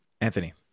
Anthony